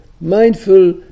mindful